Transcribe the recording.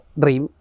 dream